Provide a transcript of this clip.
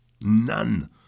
None